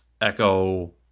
Echo